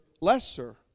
lesser